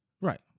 Right